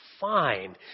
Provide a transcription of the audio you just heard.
fine